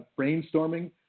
brainstorming